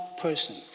person